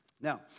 Now